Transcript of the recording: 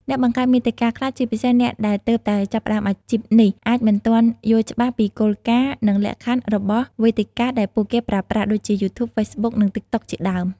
អ្នកបង្កើតមាតិកាខ្លះ ជាពិសេសអ្នកដែលទើបតែចាប់ផ្តើមអាជីពនេះ អាចមិនទាន់យល់ច្បាស់ពីគោលការណ៍ និងលក្ខខណ្ឌរបស់វេទិកាដែលពួកគេប្រើប្រាស់ ដូចជា យូធូប ហ្វេសប៊ុក និង តិកតុក ជាដើម។